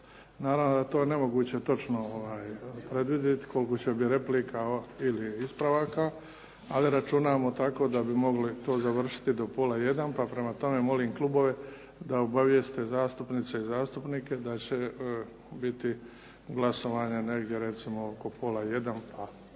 Naravno da je to nemoguće točno predvidjeti koliko će biti replika ili ispravaka, ali računamo tako da bi mogli to završiti do pola 1 pa prema tome molim klubove da obavijeste zastupnice i zastupnike da će biti glasovanje negdje recimo oko pola 1 pa